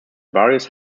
various